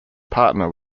partner